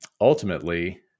ultimately